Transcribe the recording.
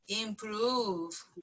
improve